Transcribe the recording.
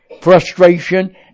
frustration